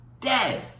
dead